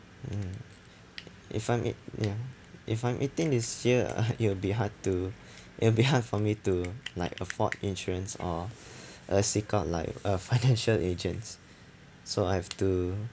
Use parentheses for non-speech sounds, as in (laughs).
mm if I'm eight ya if I'm eighteen this year (laughs) it'll be hard to it'll be hard (laughs) for me to like afford insurance or uh seek out like a financial (laughs) agents so I have to